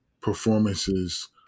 performances